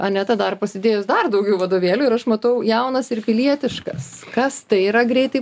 aneta dar pasidėjus dar daugiau vadovėlių ir aš matau jaunas ir pilietiškas kas tai yra greitai